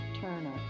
Turner